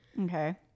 Okay